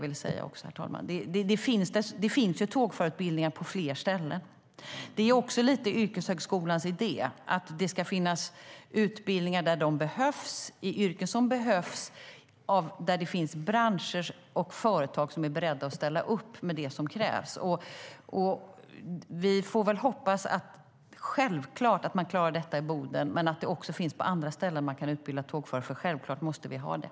Yrkeshögskolans idé är lite grann att det ska finnas utbildningar där de behövs, i yrken som behövs och där det finns branscher och företag som är beredda att ställa upp med det som krävs. Vi får självklart hoppas att man klarar det i Boden, men det finns även andra ställen där man kan utbilda tågförare, för givetvis måste vi ha dem.